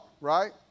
right